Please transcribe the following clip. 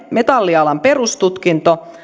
metallialan perustutkinto